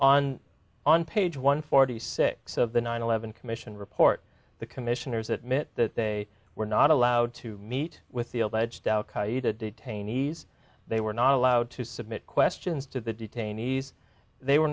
on on page one forty six of the nine eleven commission report the commissioners admit that they were not allowed to meet with the alleged al qaeda detainees they were not allowed to submit questions to the detainees they were